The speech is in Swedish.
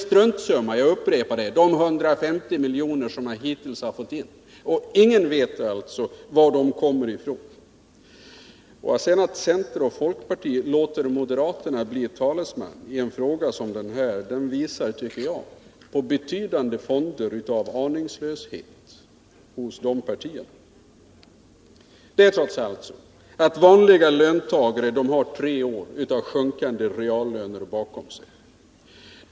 De 150 miljoner som man hittills har fått in är en struntsumma — jag upprepar det — och ingen vet var de kommer ifrån. Att centern och folkpartiet låter moderaterna bli sina talesmän i en fråga som den här visar, tycker jag, på betydande fonder av aningslöshet hos de partierna. Det är trots allt så, att vanliga löntagare har tre år av sjunkande reallöner bakom sig.